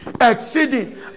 exceeding